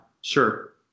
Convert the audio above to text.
Sure